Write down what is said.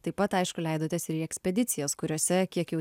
taip pat aišku leidotės ir į ekspedicijas kuriose kiek jau